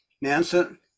Nansen